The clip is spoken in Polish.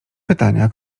pytania